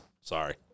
Sorry